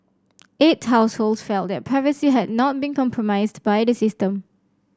eight households felt their privacy had not been compromised by the system